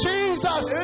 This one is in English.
Jesus